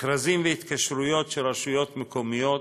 מכרזים והתקשרויות של רשויות מקומיות,